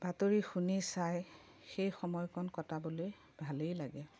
বাতৰি শুনি চাই সেই সময়কণ কটাবলৈ ভালেই লাগে